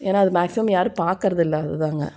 ஏன்னா அது மேக்சிமம் யாரும் பாக்கறதில்லை அது தாங்க